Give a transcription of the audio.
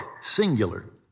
singular